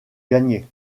gagner